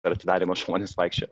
per atidarymą žmonės vaikščioja